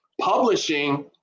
publishing